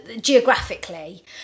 geographically